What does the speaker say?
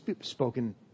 spoken